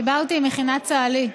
דיברתי עם מכינת צהלי.